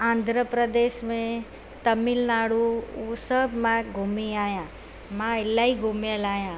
आंध्र प्रदेश में तमिलनाडु उहो सभु मां घुमी आहियां मां इलाही घुमियल आहियां